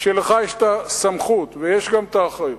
שלך יש הסמכות ויש גם האחריות,